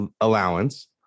allowance